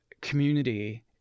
community